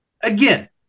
again